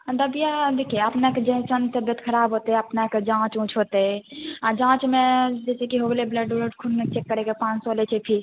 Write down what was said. देखियै अपनेके जे इनसान तबियत खराब हेतै अपनेके जाँच उँच होतै आ जाँचमे जइसे कि हो गेलै ब्लड उलड खूनके चैक करैके पाँच सए लै छै फीस